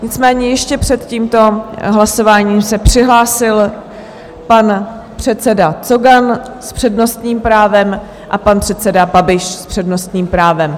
Nicméně ještě před tímto hlasováním se přihlásil pan předseda Cogan s přednostním právem a pan předseda Babiš s přednostním právem.